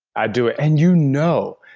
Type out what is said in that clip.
i do it and you know.